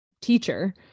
teacher